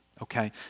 Okay